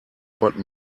but